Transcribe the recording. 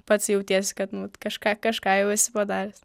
pats jautiesi kad kažką kažką jau esi padaręs